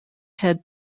head